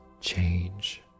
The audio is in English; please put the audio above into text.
change